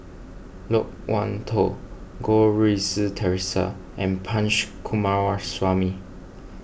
Loke Wan Tho Goh Rui Si theresa and Punch Coomaraswamy